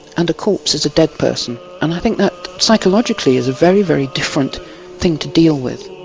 and a corpse is a dead person. and i think that psychologically is a very, very different thing to deal with.